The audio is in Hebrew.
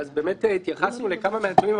התייחסנו לכמה מהנתונים,